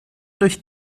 durch